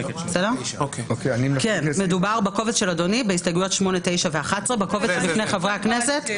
בקובץ שלפני חברי הכנסת